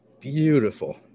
beautiful